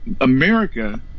America